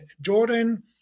Jordan